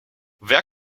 wer